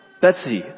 Betsy